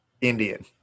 Indian